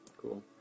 Cool